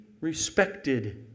respected